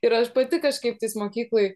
ir aš pati kažkaip mokyklai